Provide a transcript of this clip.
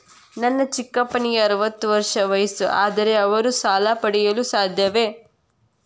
ನನ್ನ ಚಿಕ್ಕಪ್ಪನಿಗೆ ಅರವತ್ತು ವರ್ಷ ವಯಸ್ಸು, ಆದರೆ ಅವರು ಸಾಲ ಪಡೆಯಲು ಸಾಧ್ಯವೇ?